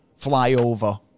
flyover